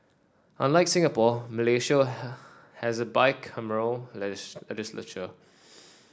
unlike Singapore Malaysia has a bicameral legislature